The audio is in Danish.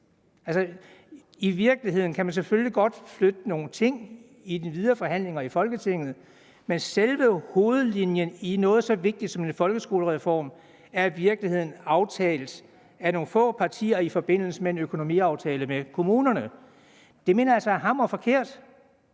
med kommunerne. Man kan selvfølgelig godt flytte nogle ting i forbindelse med de videre forhandlinger i Folketinget, men selve hovedlinjerne i noget, der er så vigtigt som en folkeskolereform jo er, er i virkeligheden blevet aftalt af nogle få partier i forbindelse med en økonomiaftale med kommunerne. Og det mener jeg altså er hammerforkert.